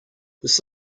this